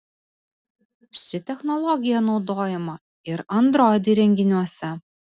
ši technologija naudojama ir android įrenginiuose